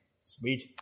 Sweet